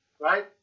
right